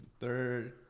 Third